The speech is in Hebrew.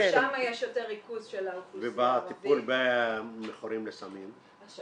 שם יש יותר ריכוז של האוכלוסייה הערבית.